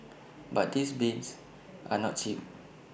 but these bins are not cheap